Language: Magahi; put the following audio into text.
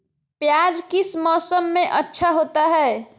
प्याज किस मौसम में अच्छा होता है?